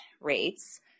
rates